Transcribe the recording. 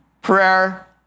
prayer